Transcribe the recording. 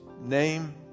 name